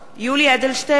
יולי אדלשטיין,